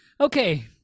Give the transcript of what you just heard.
Okay